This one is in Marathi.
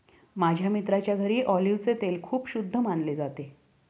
माझ्या मित्राच्या घरी ऑलिव्हचे तेल खूप शुद्ध मानले जाते